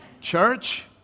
Church